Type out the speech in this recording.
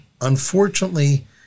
unfortunately